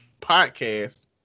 podcast